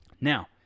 Now